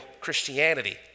Christianity